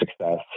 success